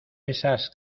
esas